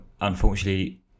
Unfortunately